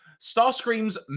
Starscream's